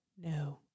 no